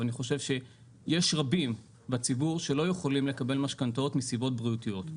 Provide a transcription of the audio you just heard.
אני חושב שיש רבים בציבור שלא יכולים לקבל משכנתאות מסיבות בריאותיות.